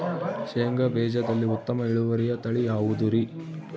ಶೇಂಗಾ ಬೇಜದಲ್ಲಿ ಉತ್ತಮ ಇಳುವರಿಯ ತಳಿ ಯಾವುದುರಿ?